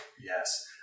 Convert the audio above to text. Yes